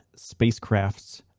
spacecrafts